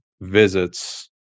visits